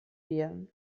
wir